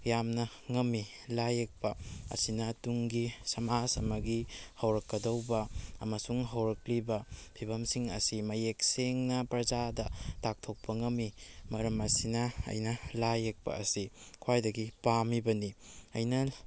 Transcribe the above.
ꯌꯥꯝꯅ ꯉꯝꯃꯤ ꯂꯥꯏ ꯌꯦꯛꯄ ꯑꯁꯤꯅ ꯇꯨꯡꯒꯤ ꯁꯃꯥꯖ ꯑꯃꯒꯤ ꯍꯧꯔꯛꯀꯗꯧꯕ ꯑꯃꯁꯨꯡ ꯍꯧꯔꯛꯂꯤꯕ ꯐꯤꯕꯝꯁꯤꯡ ꯑꯁꯤ ꯃꯌꯦꯛ ꯁꯦꯡꯅ ꯄ꯭ꯔꯖꯥꯗ ꯇꯥꯛꯊꯣꯛꯄ ꯉꯝꯃꯤ ꯃꯔꯝ ꯑꯁꯤꯅ ꯑꯩꯅ ꯂꯥꯏ ꯌꯦꯛꯄ ꯑꯁꯤ ꯈ꯭ꯋꯥꯏꯗꯒꯤ ꯄꯥꯝꯃꯤꯕꯅꯤ ꯑꯩꯅ